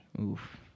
Oof